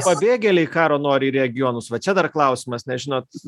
pabėgėliai karo nori į regionus va čia dar klausimas nes žinot